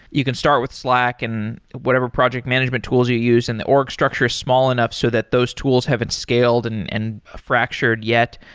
you can start with slack and whatever project management tools you use and the org structure is small enough so that those tools haven't scaled and and fractured yet.